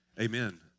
amen